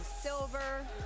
Silver